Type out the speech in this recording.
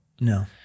No